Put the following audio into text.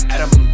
Adam